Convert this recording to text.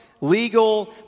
legal